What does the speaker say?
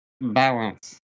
balance